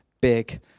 big